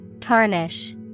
Tarnish